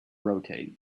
rotate